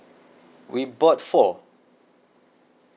we bought four